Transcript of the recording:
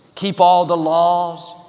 keep all the laws,